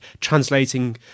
translating